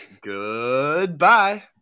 Goodbye